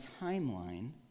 timeline